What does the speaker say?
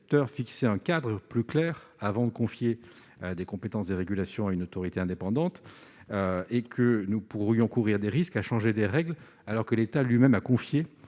fixer un cadre plus clair avant de confier de nouvelles compétences de régulation à une autorité indépendante. Nous pourrions courir un risque à changer ainsi les règles, alors que l'État lui-même a confié